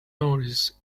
noticed